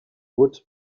would